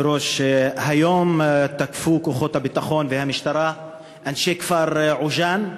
היום תקפו כוחות הביטחון והמשטרה את אנשי כפר עוג'אן,